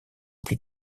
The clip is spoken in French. plus